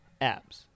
abs